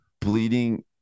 bleeding